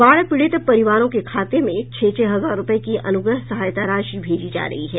बाढ़ पीड़ित परिवारों के खातों में छह छह हजार रूपये की अनुग्रह सहायता राशि भेजी जा रही है